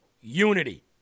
unity